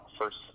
first